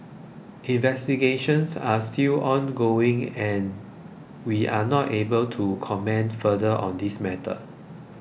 investigations are still ongoing and we are not able to comment further on this matter